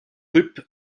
drupes